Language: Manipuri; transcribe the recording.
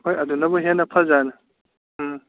ꯍꯣꯏ ꯑꯗꯨꯅꯕꯨ ꯍꯦꯟꯅ ꯐꯖꯅ ꯎꯝ